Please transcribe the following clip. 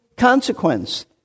consequence